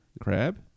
Crab